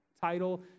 title